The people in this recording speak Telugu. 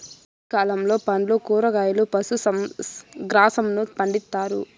జైద్ కాలంలో పండ్లు, కూరగాయలు, పశు గ్రాసంను పండిత్తారు